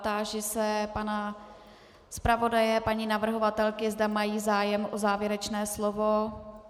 Táži se pana zpravodaje a paní navrhovatelky, zda mají zájem o závěrečné slovo.